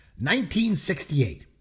1968